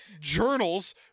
journals